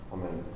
Amen